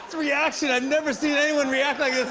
reaction i've never seen anyone react like this